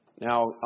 Now